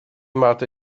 máte